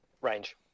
range